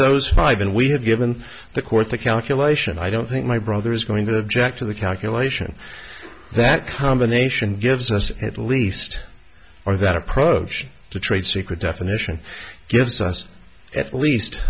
those five and we have given the court the calculation i don't think my brother is going to object to the calculation that combination gives us at least are that approach to trade secret definition gives us at least